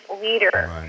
leader